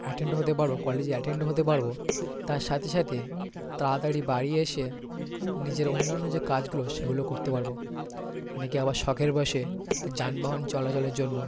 attend হতে পারবো কলেজে অ্যাটেন্ড হতে পারবো তার সাথে সাথে তাড়াতাড়ি বাড়ি এসে নিজের অন্য অন্য যে কাজগুলো সেগুলো করতে পারবো অনেকে আবার শখের বসে যানবাহন চলাচলের জন্য